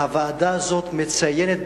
הוועדה הזאת מציינת,